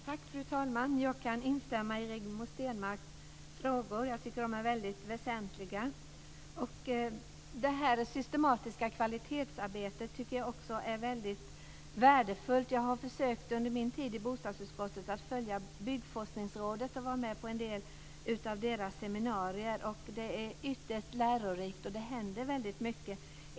Fru talman! Jag kan instämma i Rigmor Stenmarks frågor. Jag tycker att de är mycket väsentliga. Detta systematiska kvalitetsarbete tycker jag också är mycket värdefullt. Jag har under min tid i bostadsutskottet försökt att följa Byggforskningsrådets arbete och vara med på en del av deras seminarier, och det är ytterst lärorikt, och det händer väldigt mycket.